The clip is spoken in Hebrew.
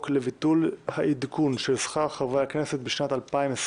לביטול העדכון של שכר חברי הכנסת בשנת 2021